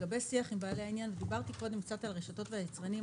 לגבי שיח עם בעלי העניין דיברתי קודם קצת על הרשתות ועל היצרנים.